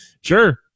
Sure